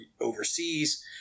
overseas